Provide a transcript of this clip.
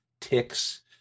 ticks